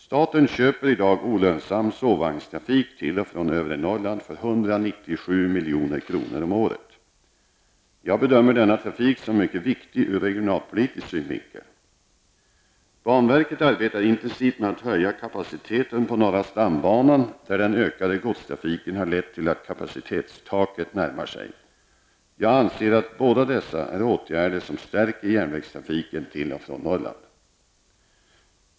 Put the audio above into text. Staten köper i dag olönsam sovvagnstrafik till och från övre Norrland för 197 milj.kr. om året. Jag bedömer denna trafik som mycket viktig ur regioanlpolitisk synvinkel. Banverket arbetar intensivt med att höja kapaciteten på norra stambanan, där den ökade godstrafiken har lett till att man närmar sig kapacitetstaket. Jag anser att båda dessa saker är åtgärder som stärker järnvägstrafiken till och från Norrland.